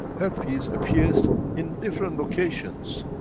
herpes appears in different locations